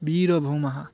वीरभौमः